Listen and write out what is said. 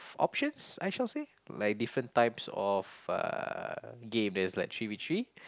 options I shall say like different types of uh game there's like three V three